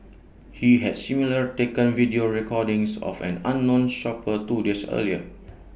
he had similarly taken video recordings of an unknown shopper two days earlier